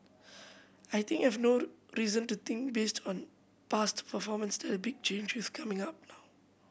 I think have no reason to think based on past performance that big change is coming now